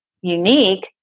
unique